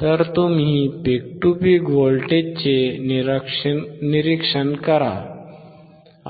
तर तुम्ही peak to peak व्होल्टेजचे निरीक्षण करा